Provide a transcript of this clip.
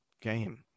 game